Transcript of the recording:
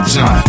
John